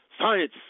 Science